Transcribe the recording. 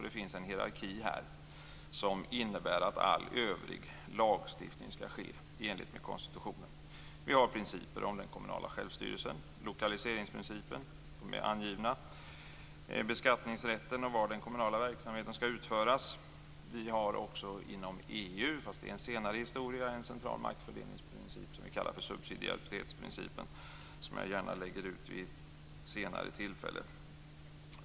Det finns en hierarki, som innebär att all övrig lagstiftning skall utövas i enlighet med konstitutionen. Vi har principer om den kommunala självstyrelsen, lokaliseringsprincipen, beskattningsrätten och var den kommunala verksamheten skall utföras. Vi har också inom EU en central maktfördelningsprincip som kallas för subsidiaritetsprincipen. Jag lägger gärna ut orden vid ett senare tillfälle.